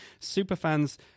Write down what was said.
superfans